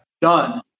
Done